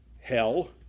hell